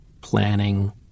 planning